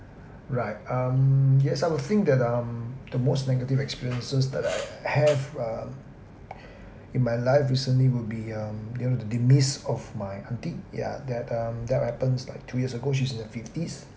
right um yes I will think that um the most negative experiences that I have um in my life recently will be um you know the demise of my auntie ya that um that happens like two years ago she's in her fifties